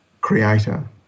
creator